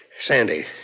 Sandy